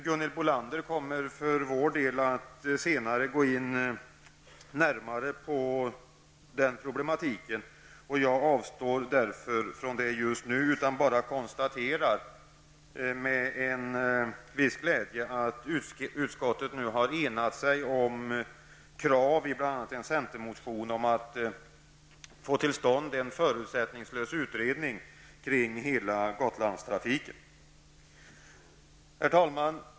Gunhild Bolander kommer senare i debatten att närmare gå in på den problematiken. Jag avstår därför från att göra det. Men jag konstaterar med viss glädje att utskottet nu har enats om krav i bl.a. en centermotion om en förutsättningslös utredning kring hela Gotlandstrafiken. Herr talman!